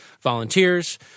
volunteers